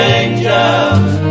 angels